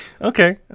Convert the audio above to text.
Okay